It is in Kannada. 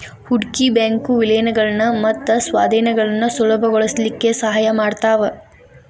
ಹೂಡ್ಕಿ ಬ್ಯಾಂಕು ವಿಲೇನಗಳನ್ನ ಮತ್ತ ಸ್ವಾಧೇನಗಳನ್ನ ಸುಲಭಗೊಳಸ್ಲಿಕ್ಕೆ ಸಹಾಯ ಮಾಡ್ತಾವ